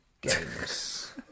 Games